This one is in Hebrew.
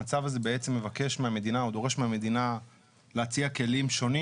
המצב הזה בעצם מבקש מהמדינה או דורש מהמדינה להציע כלים שונים